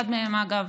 אגב,